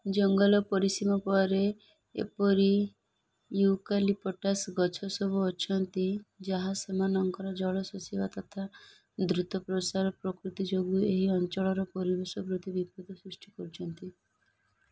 ଜଙ୍ଗଲ ପରିସୀମା ପରେ ଏପରି ଇଉକାଲିପଟାସ୍ ଗଛ ସବୁ ଅଛନ୍ତି ଯାହା ସେମାନଙ୍କର ଜଳ ଶୋଷିବା ତଥା ଦ୍ରୁତପ୍ରସାର ପ୍ରକୃତି ଯୋଗୁଁ ଏହି ଅଞ୍ଚଳର ପରିବେଶ ପ୍ରତି ବିପଦ ସୃଷ୍ଟି କରୁଛନ୍ତି